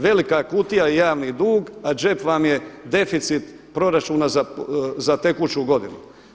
Velika kutija je javni dug, a džep vam je deficit proračuna za tekuću godinu.